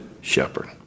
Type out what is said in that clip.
shepherd